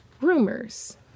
rumors